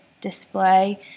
display